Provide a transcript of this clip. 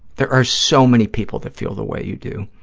there are so many people that feel the way you do.